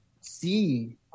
see